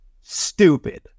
stupid